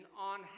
on